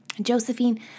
Josephine